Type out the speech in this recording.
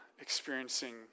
experiencing